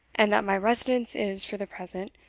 and that my residence is, for the present,